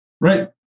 Right